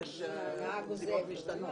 כי יש נסיבות משתנות,